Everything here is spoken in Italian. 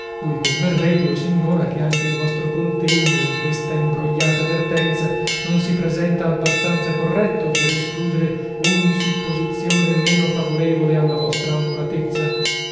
voi converrete o signora che anche il vostro contegno in questa imbrogliata vertenza non si presenta abbastanza corretto per escludere ogni supposizione meno favorevole alla vostra onoratezza